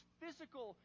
physical